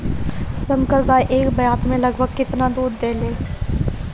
संकर गाय एक ब्यात में लगभग केतना दूध देले?